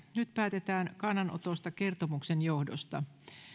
nyt päätetään kannanotosta kertomuksen johdosta